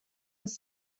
was